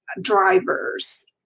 drivers